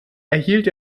erhielt